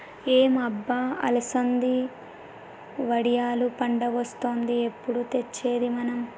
ఏం అబ్బ అలసంది వడియాలు పండగొస్తాంది ఎప్పుడు తెచ్చేది మనం